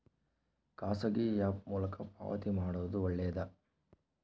ಖಾಸಗಿ ಆ್ಯಪ್ ಮೂಲಕ ಪಾವತಿ ಮಾಡೋದು ಒಳ್ಳೆದಾ?